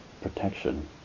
protection